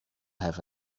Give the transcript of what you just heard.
have